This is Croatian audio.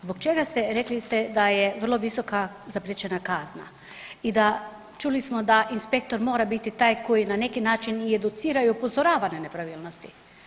Zbog čega ste, rekli ste da je vrlo visoka zapriječena kazna i da, čuli smo da inspektor mora biti taj koji na neki način i educira i upozorava nepravilnosti.